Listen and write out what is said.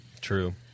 True